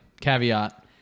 Caveat